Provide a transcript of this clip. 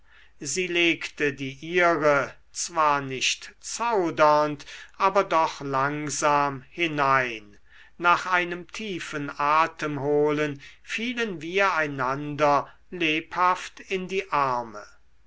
sie legte die ihre zwar nicht zaudernd aber doch langsam hinein nach einem tiefen atemholen fielen wir einander lebhaft in die arme